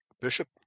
bishop